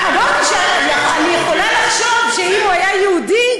אמרתי שאני יכולה לחשוב שאם הוא היה יהודי,